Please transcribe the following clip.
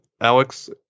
Alex